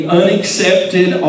unaccepted